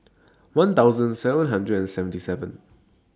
one thousand seven hundred and seventy seven